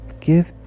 give